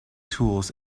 tools